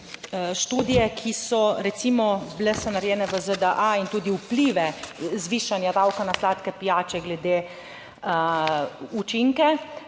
študije, ki so, recimo, bile so narejene v ZDA in tudi vplive zvišanja davka na sladke pijače, glede učinke.